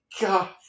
God